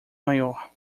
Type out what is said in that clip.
maior